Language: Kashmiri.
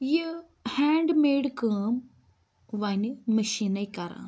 یہِ ہینٛڈ میڈ کٲم وۄنہِ مِشیٖنَے کَران